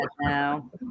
now